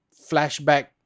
flashback